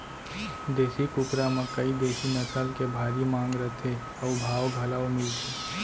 देसी कुकरा म कइ देसी नसल के भारी मांग रथे अउ भाव घलौ मिलथे